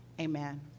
amen